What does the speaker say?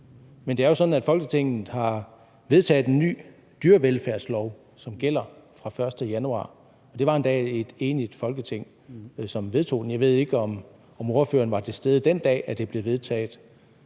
Men det er jo sådan, at Folketinget har vedtaget en ny dyrevelfærdslov, som gælder fra den 1. januar, og det var endda et enigt Folketing, som vedtog den. Jeg ved ikke, om ordføreren var til stede den dag, det blev vedtaget.